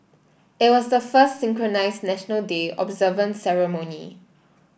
it was the first synchronised National Day observance ceremony